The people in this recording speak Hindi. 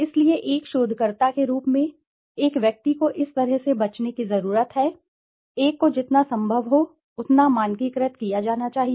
इसलिए एक शोधकर्ता के रूप में एक व्यक्ति को इस तरह से बचने की जरूरत है एक को जितना संभव हो उतना मानकीकृत किया जाना चाहिए